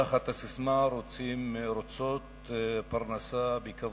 תחת הססמה "רוצות פרנסה בכבוד".